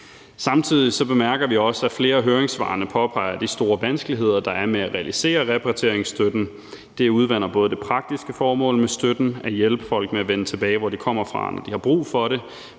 Samtidig bemærker vi også, at flere af høringssvarene påpeger de store vanskeligheder, der er, med at realisere repatrieringsstøtten. Det udvander både det praktiske formål med støtten, nemlig at hjælpe folk med at vende tilbage til, hvor de kommer fra, når de har brug for det,